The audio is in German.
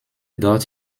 dort